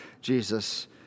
Jesus